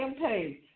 campaign